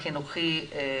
לא לחכות שהוא ייפול.